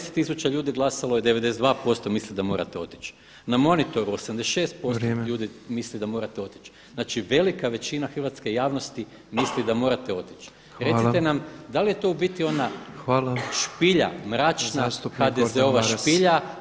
10 tisuća ljudi glasalo je 92% misli da morate otići, na monitori 86% [[Upadica Petrov: Vrijeme.]] misli da morate otići, znači velika većina hrvatske javnosti misli da morate otići [[Upadica Petrov: Hvala.]] Recite nam da li je to u biti ona špilja [[Upadica Petrov: Hvala.]] mračna HDZ-ova špilja